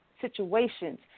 situations